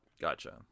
Gotcha